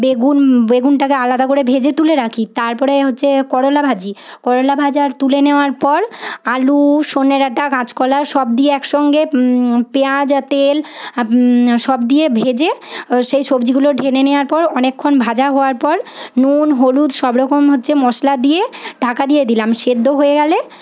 বেগুন বেগুনটাকে আলাদা করে ভেজে তুলে রাখি তারপরে হচ্ছে করলা ভাজি করলা ভাজা তুলে নেওয়ার পর আলু সজনে ডাঁটা কাঁচকলা সব দিয়ে একসঙ্গে পেঁয়াজ তেল সব দিয়ে ভেজে সেই সবজিগুলি ঢেলে নেওয়ার পর অনেকক্ষণ ভাজা হওয়ার পর নুন হলুদ সবরকম হচ্ছে মশলা দিয়ে ঢাকা দিয়ে দিলাম সেদ্ধ হয়ে গেলে